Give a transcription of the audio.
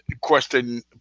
question